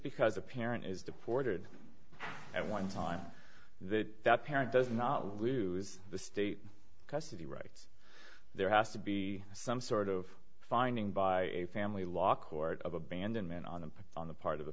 because a parent is deported at one time that that parent does not lose the state custody rights there has to be some sort of finding by a family law court of abandonment on the on the part of the